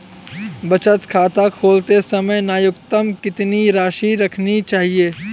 बचत खाता खोलते समय न्यूनतम कितनी राशि रखनी चाहिए?